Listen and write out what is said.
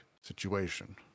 situation